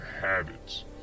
habits